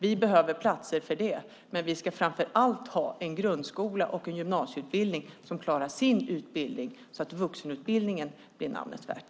Vi behöver platser för det. Men vi ska framför allt ha en grundskola och en gymnasieutbildning som klarar sin utbildning, så att vuxenutbildningen blir namnet värd.